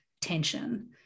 tension